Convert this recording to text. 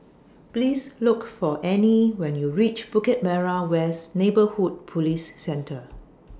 Please Look For Anne when YOU REACH Bukit Merah West Neighbourhood Police Centre